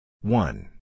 One